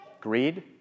Greed